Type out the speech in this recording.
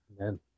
Amen